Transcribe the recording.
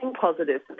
positive